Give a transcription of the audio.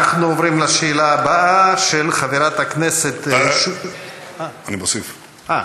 אנחנו עוברים לשאלה הבאה, של חברת הכנסת שולי, אה,